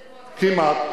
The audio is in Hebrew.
אני מזכיר לכם,